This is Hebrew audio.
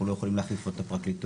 אנחנו לא יכולים להחליף את הפרקליטות,